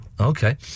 Okay